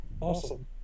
Awesome